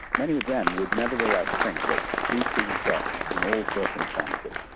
many of them would nevertheless think that speaking dutch in all circumstances,